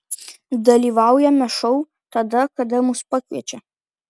dalyvaujame šou tada kada mus pakviečia